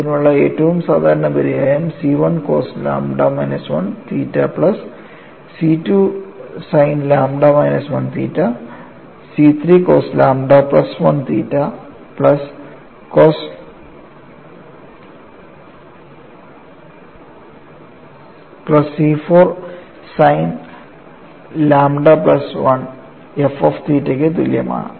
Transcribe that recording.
ഇതിനുള്ള ഏറ്റവും സാധാരണ പരിഹാരം C 1 cos lambda minus 1 theta plus C2 sine lambda minus 1 theta C3 cos lambda plus 1 theta plus C4 sine lambda plus 1 f of തീറ്റയ്ക്ക് തുല്യമാണ്